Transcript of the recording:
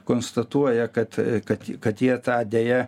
konstatuoja kad kad kad jie tą deja